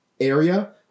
area